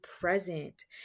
present